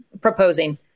proposing